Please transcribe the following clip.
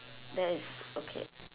that is okay